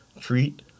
treat